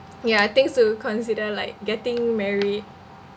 ya things to consider like getting married